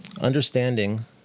understanding